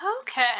okay